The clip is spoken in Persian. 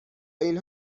این